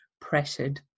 pressured